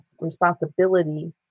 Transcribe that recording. responsibility